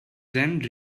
then